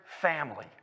family